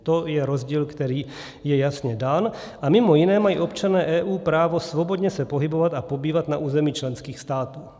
To je rozdíl, který je jasně dán, a mimo jiné mají občané EU právo svobodně se pohybovat a pobývat na území členských států.